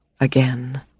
again